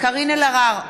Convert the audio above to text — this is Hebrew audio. קארין אלהרר,